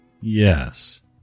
Yes